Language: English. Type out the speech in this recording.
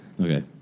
Okay